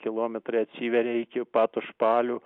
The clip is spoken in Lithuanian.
kilometrai atsiveria iki pat užpalių